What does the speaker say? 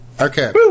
Okay